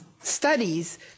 studies